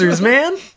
man